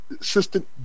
Assistant